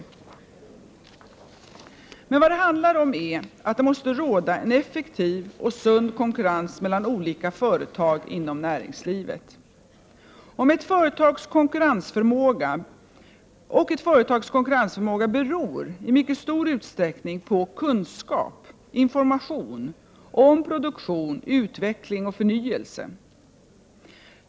Vad det emellertid handlar om är att det måste råda en effektiv och sund konkurrens mellan olika företag inom näringslivet. Och ett företags konkurrensförmåga beror i mycket stor utsträckning på kunskap —- information — om produktion, utveckling och förnyelse.